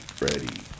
ready